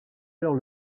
alors